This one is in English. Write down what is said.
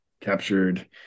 captured